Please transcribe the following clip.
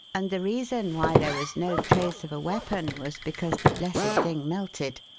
and the reason why there was no trace of a weapon was because the blessed thing melted.